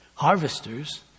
Harvesters